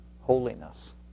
holiness